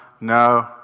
no